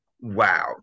Wow